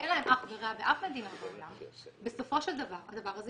שאין להם אח ורע באף מדינה בעולם,